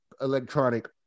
electronic